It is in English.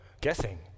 guessing